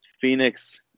phoenix